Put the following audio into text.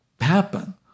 happen